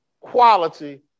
quality